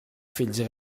fills